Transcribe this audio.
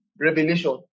revelation